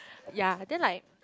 yea then like